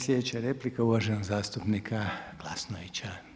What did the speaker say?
Slijedeća replika uvaženog zastupnika Glasnovića.